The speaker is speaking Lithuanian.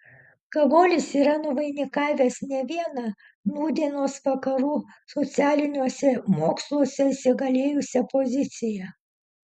kavolis yra nuvainikavęs ne vieną nūdienos vakarų socialiniuose moksluose įsigalėjusią poziciją